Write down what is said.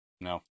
No